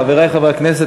חברי חברי הכנסת,